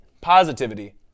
positivity